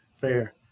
fair